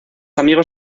amigos